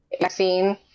vaccine